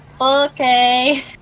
Okay